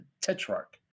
Tetrarch